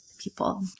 people